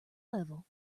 level